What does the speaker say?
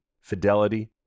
fidelity